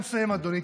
אני מסיים, אדוני.